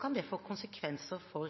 kan det få konsekvenser for